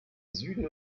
süden